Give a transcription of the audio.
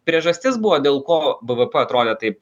priežastis buvo dėl ko bvp atrodė taip